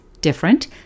different